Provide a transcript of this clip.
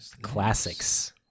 classics